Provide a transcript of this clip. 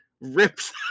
rips